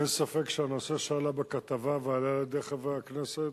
אין ספק שהנושא שעלה בכתבה ועלה על-ידי חברי הכנסת